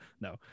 no